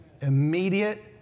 Immediate